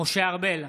משה ארבל,